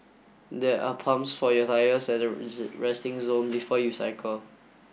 there are pumps for your tyres at the resting zone before you cycle